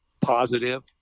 positive